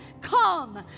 Come